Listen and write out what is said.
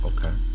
Okay